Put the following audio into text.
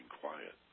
quiet